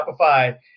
Shopify